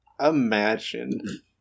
imagine